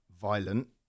violent